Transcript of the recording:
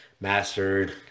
mastered